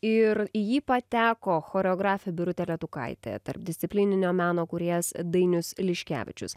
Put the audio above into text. ir į jį pateko choreografė birutė letukaitė tarpdisciplininio meno kūrėjas dainius liškevičius